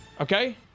okay